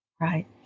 Right